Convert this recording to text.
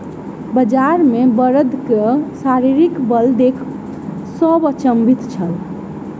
बजार मे बड़दक शारीरिक बल देख सभ अचंभित छल